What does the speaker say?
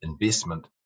investment